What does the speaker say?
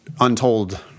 untold